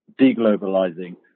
deglobalizing